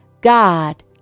God